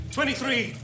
Twenty-three